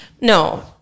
no